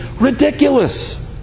ridiculous